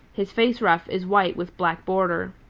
his face ruff is white with black border.